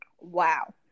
wow